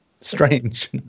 strange